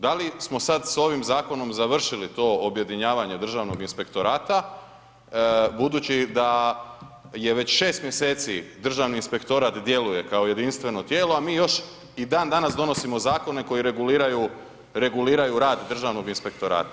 Da li smo sad s ovim zakonom završili to objedinjavanje Državnog inspektorata budući da je već 6 mjeseci Državni inspektorat djeluje kao jedinstveno tijelo a mi još i dan danas donosimo zakone koji reguliraju rad Državnog inspektorata.